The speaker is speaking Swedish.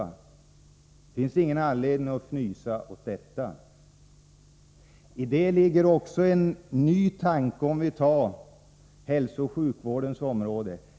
Det finns ingen anledning att fnysa åt detta. I det ligger också en ny tanke rörande hälsooch sjukvårdsområdet.